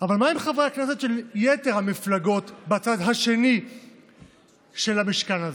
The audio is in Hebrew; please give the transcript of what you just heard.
אבל מה עם חברי הכנסת של יתר המפלגות בצד השני של המשכן הזה?